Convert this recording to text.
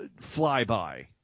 flyby